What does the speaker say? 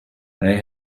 they